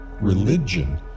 Religion